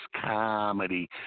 comedy